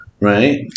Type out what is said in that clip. Right